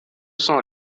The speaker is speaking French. sont